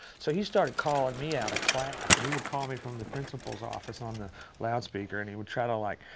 so he started calling and me out of class. and he would call me from the principal's office on the loudspeaker. and he would try to, like,